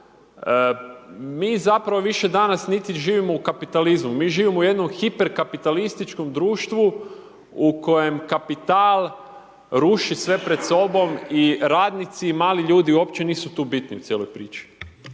mi zapravo više danas niti živimo u kapitalizmu, mi živimo u jednom hiper kapitalističkom društvu u kojem kapital ruši sve pred sobom i radnici i mali ljudi uopće nisu tu bitni u cijeloj priči.